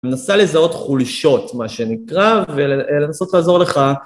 מנסה לזהות חולשות, מה שנקרא, ולנסות לעזור לך.